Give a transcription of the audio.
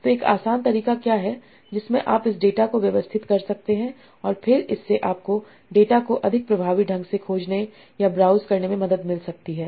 तो एक आसान तरीका क्या है जिसमें आप इस डेटा को व्यवस्थित कर सकते हैं और फिर इससे आपको डेटा को अधिक प्रभावी ढंग से खोजने या ब्राउज़ करने में मदद मिल सकती है